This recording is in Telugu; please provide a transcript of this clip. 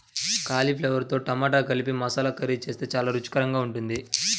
కాలీఫ్లవర్తో టమాటా కలిపి మసాలా కర్రీ చేస్తే చాలా రుచికరంగా ఉంటుంది